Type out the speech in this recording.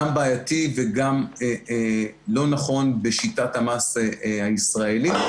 בעייתי וגם לא נכון בשיטת המס הישראלית.